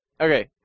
Okay